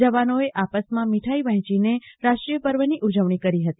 જવાનોએ આપસમાં મીઠાઈ વેંચીને રાષ્ટ્રીય પર્વની ઉજવણી કરી હતી